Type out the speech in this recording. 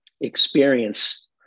experience